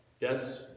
Yes